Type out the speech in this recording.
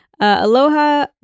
Aloha